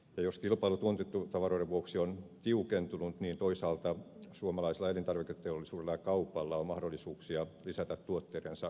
jos kilpailu tuontitavaroiden vuoksi on tiukentunut niin toisaalta suomalaisella elintarviketeollisuudella ja kaupalla on mahdollisuuksia lisätä tuotteidensa vientiä